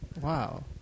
wow